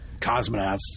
cosmonauts